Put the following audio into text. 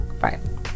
fine